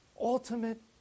ultimate